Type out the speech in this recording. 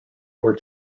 were